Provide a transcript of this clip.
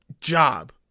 job